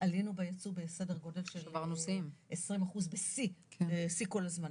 עלינו בייצוא בסדר גודל של 20% בשיא כל הזמנים.